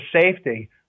safety